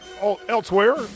Elsewhere